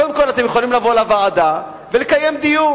קודם כול, אתם יכולים לבוא לוועדה ולקיים דיון.